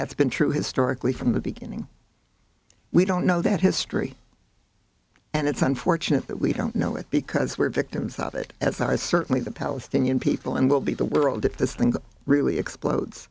that's been true historically from the beginning we don't know that history and it's unfortunate that we don't know it because we're victims of it as i was certainly the palestinian people and will be the world if this thing really explodes